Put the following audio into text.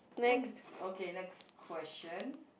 don't okay next question